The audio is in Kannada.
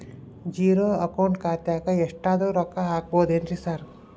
ಝೇರೋ ಅಕೌಂಟ್ ಖಾತ್ಯಾಗ ಎಷ್ಟಾದ್ರೂ ರೊಕ್ಕ ಹಾಕ್ಬೋದೇನ್ರಿ ಸಾರ್?